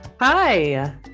Hi